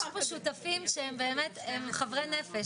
יש פה שותפים שהם באמת חברי נפש,